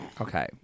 Okay